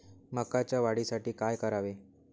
मकाच्या वाढीसाठी काय करावे?